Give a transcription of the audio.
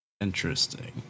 Interesting